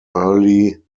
early